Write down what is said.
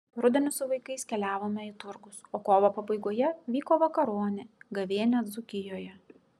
rudenį su vaikais keliavome į turgus o kovo pabaigoje vyko vakaronė gavėnia dzūkijoje